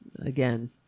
Again